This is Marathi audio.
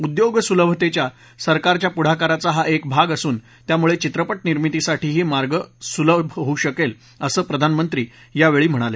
उद्योग सुलभतेच्या सरकारच्या पुढाकाराचा हा एक भाग असून त्यामुळे चित्रपट निर्मितीसाठीही मार्ग सुलभ होऊ शकेल असं प्रधानमंत्री यावेळी म्हणाले